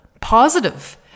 positive